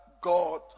God